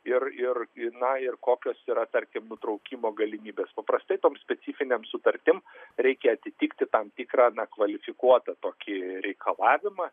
ir ir na ir kokios yra tarkim nutraukimo galimybės paprastai tom specifinėm sutartim reikia atitikti tam tikrą na kvalifikuotą tokį reikalavimą